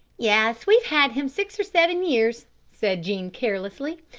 yes, we have had him six or seven years, said jean carelessly.